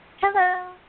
Hello